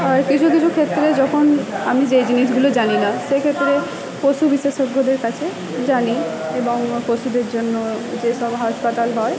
আর কিছু কিছু ক্ষেত্রে যখন আমি যেই জিনিসগুলো জানি না সেক্ষেত্রে পশু বিশেষজ্ঞদের কাছে জানি এবং পশুদের জন্য যেসব হাসপাতাল হয়